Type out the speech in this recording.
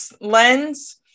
lens